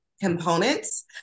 components